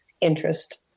interest